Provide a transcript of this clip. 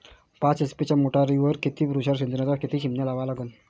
पाच एच.पी च्या मोटारीवर किती तुषार सिंचनाच्या किती चिमन्या लावा लागन?